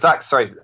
Sorry